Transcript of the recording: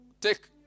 take